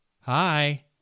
hi